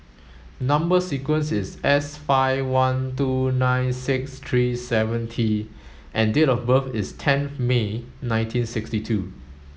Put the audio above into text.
number sequence is S five one two nine six three seven T and date of birth is tenth May nineteen sixty two